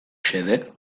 xede